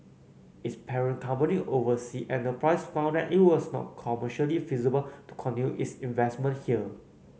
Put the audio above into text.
its parent company Oversea Enterprise found that it was not commercially feasible to continue its investment here